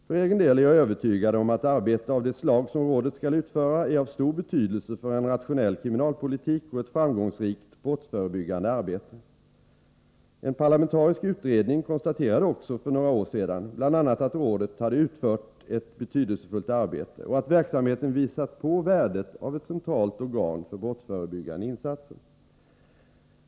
För egen del är jag övertygad om att arbete av det slag som rådet skall utföra är av stor betydelse för en rationell kriminalpolitik och ett framgångsrikt brottsförebyggande arbete. En parlamentarisk utredning konstaterade också för några år sedan bl.a. att rådet hade utfört ett betydelsefullt arbete och att verksamheten visat på värdet av ett centralt organ för brottsförbyggande insatser.